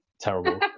terrible